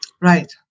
Right